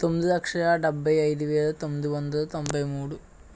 తొమ్మిది లక్షల డెబ్భై ఐదు వేల తొమ్మిది వందల తొంభై మూడు